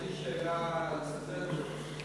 יש לי שאלה לסדר: